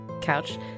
couch